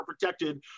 protected